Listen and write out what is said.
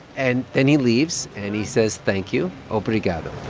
and then he leaves. and he says thank you, obrigado